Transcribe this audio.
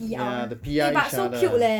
ya the P_R each other